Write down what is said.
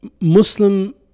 Muslim